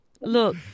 Look